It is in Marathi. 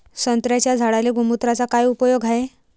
संत्र्याच्या झाडांले गोमूत्राचा काय उपयोग हाये?